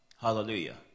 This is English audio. Hallelujah